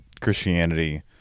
Christianity